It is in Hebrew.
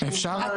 אפשר?